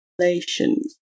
relations